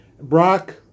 Brock